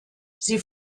sie